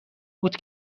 بود